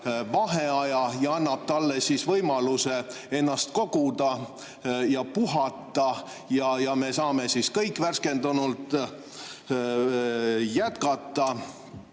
vaheaja ja annab talle võimaluse ennast koguda ja puhata ja me kõik saame värskendunult jätkata.